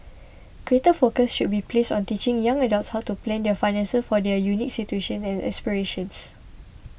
greater focus should be placed on teaching young adults how to plan their finances for their unique situations and aspirations